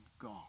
gone